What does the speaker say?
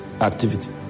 activity